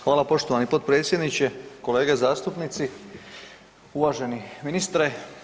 Hvala poštovani potpredsjedniče, kolege zastupnici, uvaženi ministre.